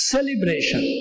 Celebration